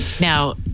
Now